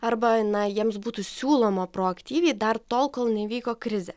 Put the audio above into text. arba na jiems būtų siūloma proaktyviai dar tol kol neįvyko krizė